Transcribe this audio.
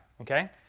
Okay